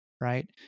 right